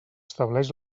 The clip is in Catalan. estableix